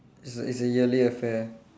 it's a it's a yearly affair